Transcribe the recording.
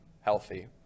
healthy